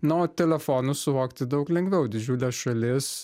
na o telefonus suvokti daug lengviau didžiulė šalis